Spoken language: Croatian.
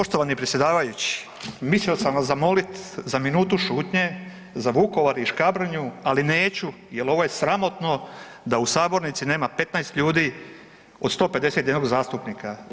Poštovani predsjedavajući, mislio sam vas zamoliti za minutu šutnje za Vukovar i Škabrnju, ali neću, jer ovo je sramotno da u sabornici nema 15 ljudi od 151 zastupnika.